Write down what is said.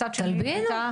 מצד שני הייתה --- תלבינו.